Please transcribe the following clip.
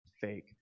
fake